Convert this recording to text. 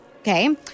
okay